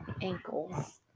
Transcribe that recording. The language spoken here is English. ankles